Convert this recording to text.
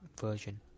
version